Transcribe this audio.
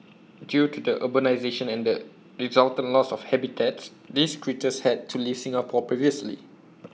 due to the urbanisation and the resultant loss of habitats these critters had to leave Singapore previously